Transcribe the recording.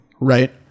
right